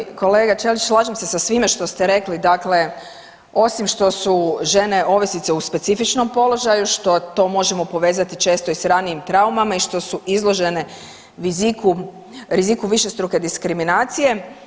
Uvaženi kolega Ćelić, slažem se sa svime što ste rekli, dakle osim što su žene ovisnice u specifičnom položaju, što to možemo povezati često i s ranijim traumama i što su izložene riziku, riziku višestruke diskriminacije.